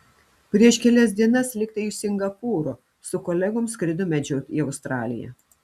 prieš kelias dienas lyg tai iš singapūro su kolegom skrido medžiot į australiją